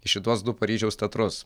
į šituos du paryžiaus teatrus